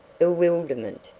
bewilderment,